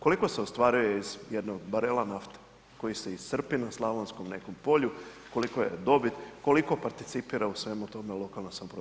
Koliko se ostvaruje iz jednog barela nafte koji se iscrpi na slavonskom nekom polju, kolika je dobit, koliko participira u svemu tome lokalna samouprava.